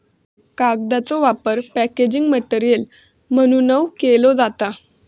कागदाचो वापर packaging material म्हणूनव केलो जाता